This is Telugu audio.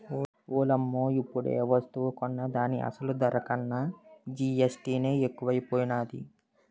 ఓలమ్మో ఇప్పుడేవస్తువు కొన్నా దాని అసలు ధర కన్నా జీఎస్టీ నే ఎక్కువైపోనాది